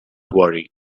worry